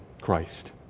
Christ